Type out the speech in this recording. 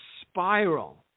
spiral